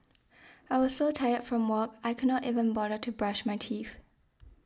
I was so tired from work I could not even bother to brush my teeth